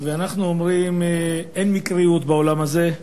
אנחנו אומרים אין מקריות בעולם הזה,